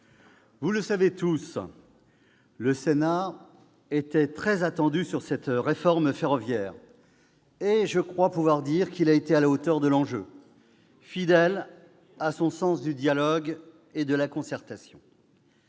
vous le savez tous, le Sénat était très attendu sur cette réforme ferroviaire. Je crois pouvoir dire qu'il a été à la hauteur de l'enjeu, fidèle à son sens du dialogue et de la concertation.